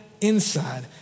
inside